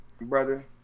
brother